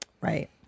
Right